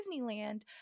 Disneyland